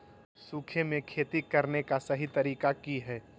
सूखे में खेती करने का सही तरीका की हैय?